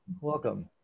Welcome